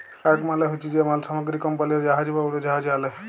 cargo মালে হছে যে মাল সামগ্রী কমপালিরা জাহাজে বা উড়োজাহাজে আলে